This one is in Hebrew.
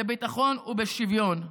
בביטחון ובשוויון.